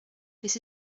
this